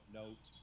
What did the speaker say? note